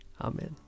Amen